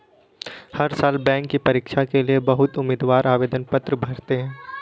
हर साल बैंक की परीक्षा के लिए बहुत उम्मीदवार आवेदन पत्र भरते हैं